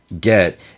get